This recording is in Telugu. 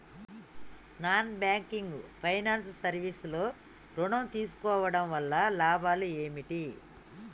నాన్ బ్యాంకింగ్ ఫైనాన్స్ సర్వీస్ లో ఋణం తీసుకోవడం వల్ల లాభాలు ఏమిటి?